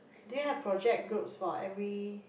do you have project groups for every